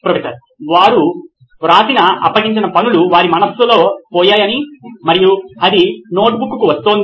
professor వారు వ్రాసిన అప్పగించిన పనులు వారి మనస్సులో పోయాయని మరియు అది నోట్బుక్కు కు వస్తోంది